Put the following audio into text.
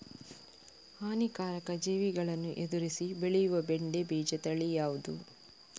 ಹಾನಿಕಾರಕ ಜೀವಿಗಳನ್ನು ಎದುರಿಸಿ ಬೆಳೆಯುವ ಬೆಂಡೆ ಬೀಜ ತಳಿ ಯಾವ್ದು?